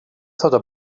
thought